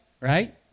right